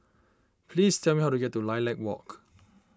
please tell me how to get to Lilac Walk